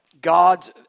God's